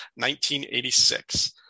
1986